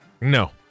No